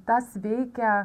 tas veikia